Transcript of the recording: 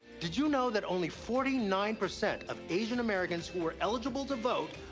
did you know that only forty nine percent of asian americans who were eligible to vote,